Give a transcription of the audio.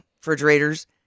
refrigerators